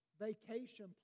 vacation